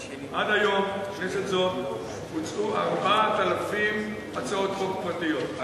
עד היום בכנסת זו הוצעו 4,000 הצעות חוק פרטיות.